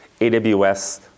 AWS